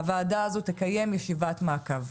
הוועדה הזו תקיים ישיבת מעקב.